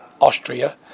Austria